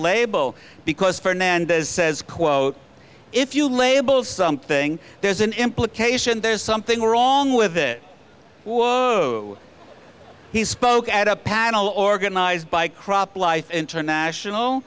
label because fernandez says quote if you label something there's an implication there's something wrong with it he spoke at a panel organized by crop life international